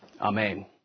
Amen